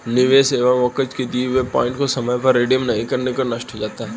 निवेश के एवज में दिए गए पॉइंट को समय पर रिडीम नहीं करने से वह नष्ट हो जाता है